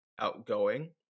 outgoing